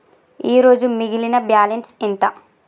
ఈరోజు మిగిలిన బ్యాలెన్స్ ఎంత?